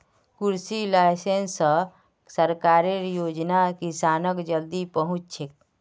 कृषि लाइसेंस स सरकारेर योजना किसानक जल्दी पहुंचछेक